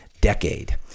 decade